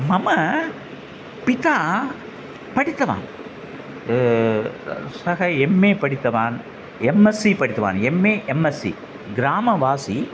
मम पिता पठितवान् सः एम् ए पठितवान् एम् एस् सि पठितवान् M A M S C ग्रामवासि